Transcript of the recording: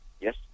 Yes